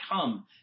come